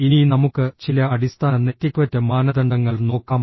ഇനി നമുക്ക് ചില അടിസ്ഥാന നെറ്റിക്വറ്റ് മാനദണ്ഡങ്ങൾ നോക്കാം